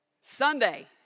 Sunday